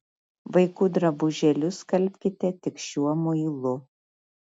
vaikų drabužėlius skalbkite tik šiuo muilu